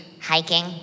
Hiking